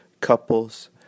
couples